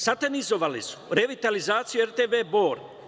Satanizovali su revitalizaciju RTV Bor.